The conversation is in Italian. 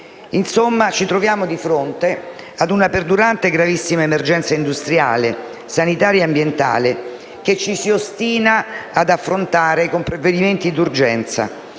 Insomma, ci troviamo di fronte a una perdurante e gravissima emergenza industriale, sanitaria e ambientale che ci si ostina ad affrontare con provvedimenti d'urgenza